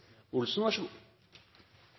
Olsen så